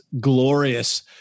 glorious